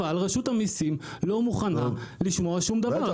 רק רשות המסים לא מוכנה לשמוע על שום דבר.